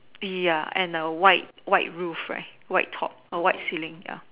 ya and the white white roof right white top white ceiling ya